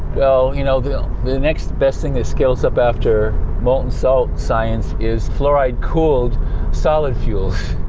well you know them the next best thing that scales up after molten salt science is fluoride cooled solid fuels.